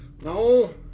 No